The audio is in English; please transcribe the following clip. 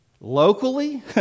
locally